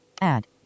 add